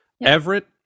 Everett